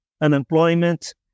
unemployment